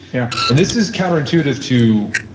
yeah and this is counterintuitive too.